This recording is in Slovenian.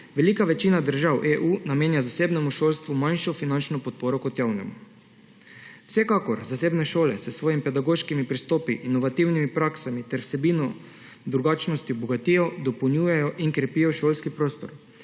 Velika večina držav EU namenja zasebnemu šolstvu manjšo finančno podporo kot javnemu. Vsekakor zasebne šole s svojimi pedagoškimi pristopi, inovativnimi praksami ter vsebino drugačnost obogatijo, dopolnjujejo in krepijo šolski prostor.